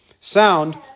sound